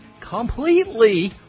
completely